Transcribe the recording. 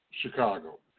Chicago